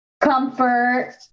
comfort